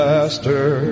Master